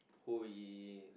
who he